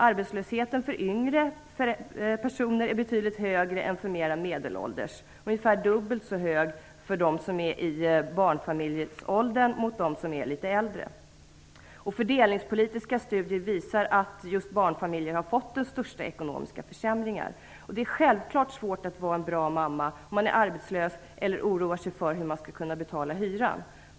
Arbetslösheten för yngre personer är betydligt högre än för mer medelålders, ungefär dubbelt så hög för dem som är i barnfamiljsåldern mot dem som är litet äldre. Fördelningspolitiska studier visar att just barnfamiljer har fått de största ekonomiska försämringarna. Det är självklart svårt att vara en bra mamma om man är arbetslös eller oroar sig för hur man skall kunna betala hyran.